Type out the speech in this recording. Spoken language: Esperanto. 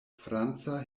franca